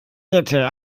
hätte